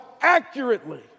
accurately